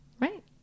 right